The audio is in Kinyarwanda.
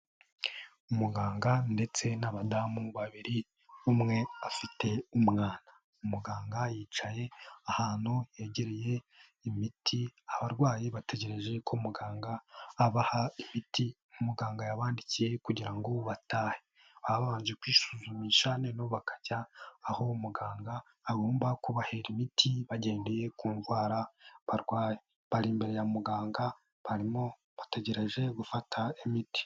Umuganga ndetse n'abadamu babiri, umwe afite umwana. Umuganga yicaye ahantu yegereye imiti, abarwayi bategereje ko muganga abaha imiti muganga yabandikiye kugira ngo batahe. Babanje kwisuzumisha noneho bakajya aho muganga agomba kubahera imiti bagendeye ku ndwarari barwaye. Bari imbere ya muganga barimo bategereje gufata imiti.